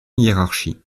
hiérarchie